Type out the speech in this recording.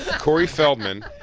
ah corey feldman.